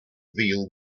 veal